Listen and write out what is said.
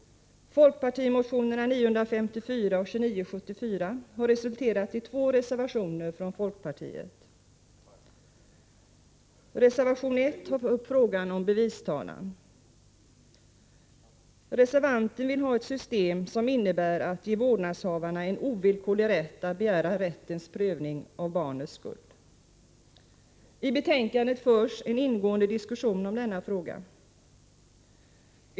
Folkpartimotionerna 954 och 2974 har resulterat i två reservationer. Reservation 1 tar upp frågan om bevistalan. Reservanten vill ha ett system som innebär att man skall ge vårdnadshavarna en ovillkorlig rätt att begära domstols prövning av barnets skuld. I betänkandet förs en ingående diskussion om denna fråga.